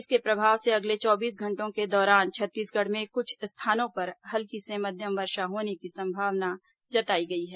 इसके प्रभाव से अगले चौबीस घंटों के दौरान छत्तीसगढ़ में कुछ स्थानों हल्की से मध्यम वर्षा होने की संभावना जताई गई है